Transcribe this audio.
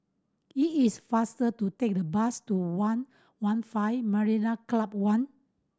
it is faster to take the bus to One One Five Marina Club One